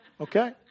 Okay